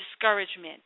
discouragement